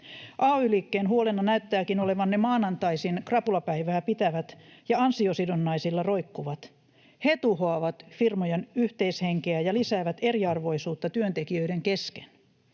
Ay-liikkeen huolena näyttääkin olevan ne maanantaisin krapulapäivää pitävät ja ansiosidonnaisilla roikkuvat. He tuhoavat firmojen yhteishenkeä ja lisäävät eriarvoisuutta työntekijöiden kesken.